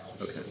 Okay